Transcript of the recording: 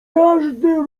każdy